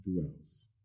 dwells